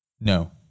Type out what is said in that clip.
No